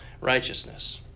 righteousness